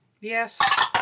Yes